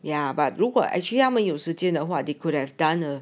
ya but 如果 actually 要么有时间的话 they could have done a